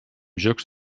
jocs